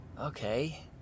Okay